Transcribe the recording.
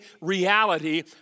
reality